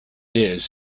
ideas